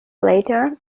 later